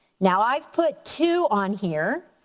now i've put two on here,